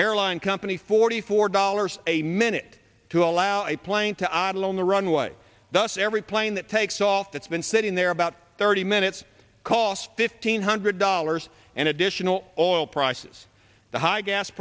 airline company forty four dollars a minute to allow a plane to idle on the runway thus every plane that takes off that's been sitting there about thirty minutes cost fifteen hundred dollars an additional oil prices the high gas